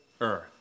earth